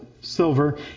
silver